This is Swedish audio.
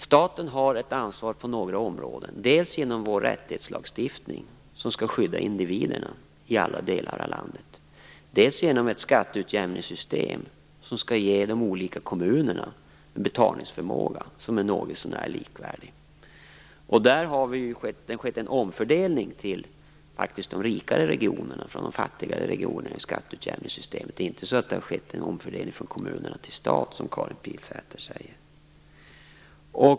Staten har ett ansvar på några områden, dels genom vår rättighetslagstiftning som skall skydda individerna i alla delar av landet, dels genom ett skatteutjämningssystem som skall ge de olika kommunerna en betalningsförmåga som är något så när likvärdig. Det har faktiskt skett en omfördelning till de rikare regionerna från de fattigare regionerna i skatteutjämningssystemet. Det har inte skett en omfördelning från kommunerna till staten, som Karin Pilsäter säger.